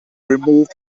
remove